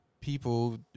people